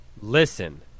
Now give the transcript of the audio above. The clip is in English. Listen